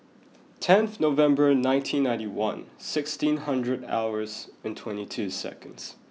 tenth November nineteen ninety one sixteen hundred hours and twenty two seconds